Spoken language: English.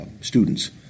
students